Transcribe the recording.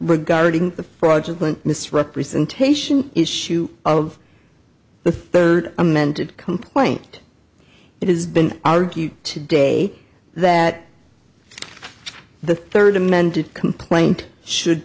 regarding the fraudulent misrepresentation issue of the third amended complaint it has been argued today that the third amended complaint should